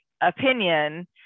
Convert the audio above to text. opinion